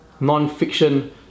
non-fiction